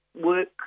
work